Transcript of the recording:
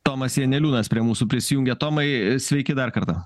tomas janeliūnas prie mūsų prisijungė tomai sveiki dar kartą